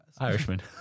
Irishman